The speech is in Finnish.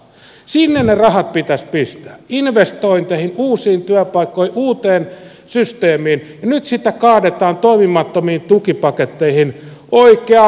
sinne ne rahat pitäisi pistää investointeihin uusiin työpaikkoihin uuteen systeemiin ja nyt sitä kaadetaan toimimattomiin tukipaketteihin oikeaan molokin kitaan